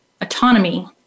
autonomy